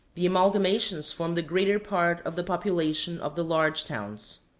the amalgamations form the greater part of the population of the large towns.